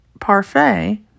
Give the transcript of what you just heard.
parfait